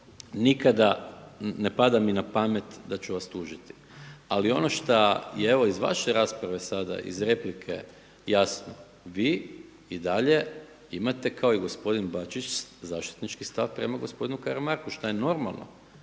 nikada, ne pada mi na pamet da ću vas tužiti. Ali ono što je evo i iz vaše rasprave iz replike jasno, vi i dalje imate kao i gospodin Bačić zaštitnički stav prema gospodinu Karam arku što je normalno.